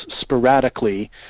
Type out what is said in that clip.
sporadically